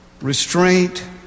Restraint